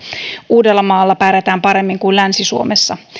uudellamaalla pärjätään paremmin kuin länsi suomessa